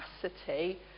capacity